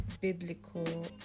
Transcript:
biblical